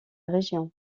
région